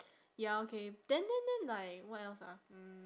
ya okay then then then like what else ah mm